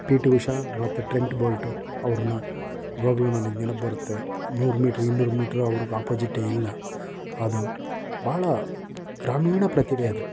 P T Usha ಮತ್ತೆ Trent Bolt ಅವ್ರನ್ನ ಈವಾಗಲೂ ನನಗೆ ನೆನಪು ಬರುತ್ತೆ ನೂರು ಮೀಟ್ರ್ ಇನ್ನೂರು ಮೀಟ್ರ್ ಅವ್ರಿಗೆ ಒಪೋಸಿಟೇ ಅದು ಬಹಳ ಗ್ರಾಮೀಣ ಪ್ರತಿಭೆ ಅದು